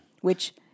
which-